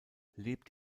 lebt